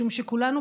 משום שכולנו,